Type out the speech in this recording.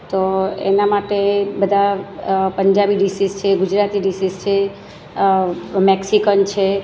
તો એના માટે બધા પંજાબી ડિસિસ છે ગુજરાતી ડિસિસ છે મેક્સીકન છે